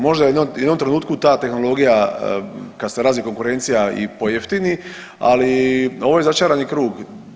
Možda u jednom trenutku ta tehnologija kad se razvije konkurencija i pojeftini ali ovo je začarani krug.